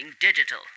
digital